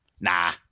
nah